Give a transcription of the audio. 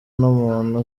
n’umuntu